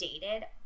dated